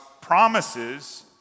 promises